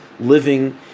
Living